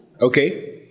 okay